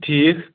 ٹھیٖک